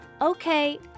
Okay